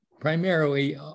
primarily